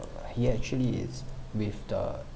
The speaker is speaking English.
he actually it's with the